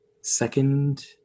second